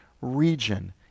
region